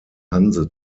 hanse